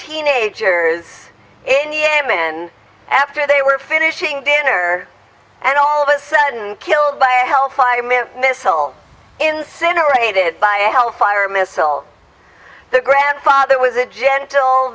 teenagers in yemen after they were finishing dinner and all of a sudden killed by a hellfire missile incinerated by a hellfire missile the grandfather was a gentle